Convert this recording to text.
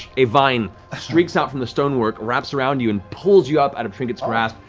a vine streaks out from the stonework, wraps around you, and pulls you up out of trinket's grasp,